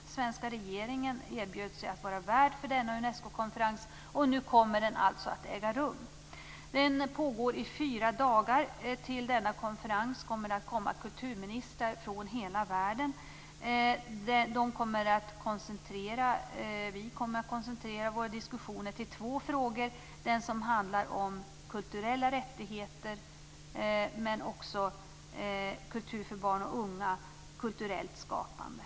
Den svenska regeringen erbjöd sig att vara värd för denna Unescokonferens, och nu kommer den alltså att äga rum. Den pågår i fyra dagar. Till denna konferens kommer det kulturministrar från hela världen. Vi kommer att koncentrera våra diskussioner till två frågor: kulturella rättigheter, men också kultur för barn och unga, samt kulturellt skapande.